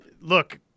look